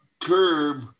curb